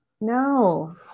no